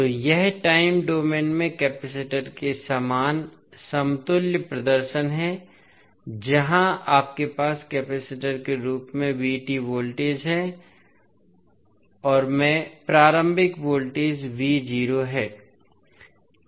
तो यह time domain में कपैसिटर के समान बराबर समतुल्य प्रदर्शन है जहाँ आपके पास कपैसिटर के रूप में वोल्टेज है में प्रारंभिक वोल्टेज है